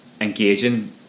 engaging